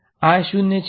આ શૂન્ય છે શુન્ય છે